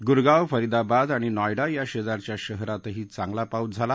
गुरगाव फरीदाबाद आणि नॉयडा या शेजारच्या शहरांतही चांगला पाऊस झाला